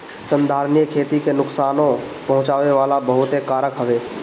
संधारनीय खेती के नुकसानो पहुँचावे वाला बहुते कारक हवे